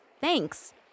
thanks